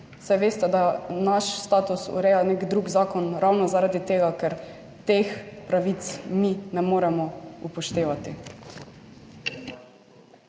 Saj veste, da naš status ureja nek drug zakon, ravno zaradi tega, ker teh pravic mi ne moremo upoštevati.